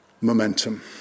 momentum